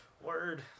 Word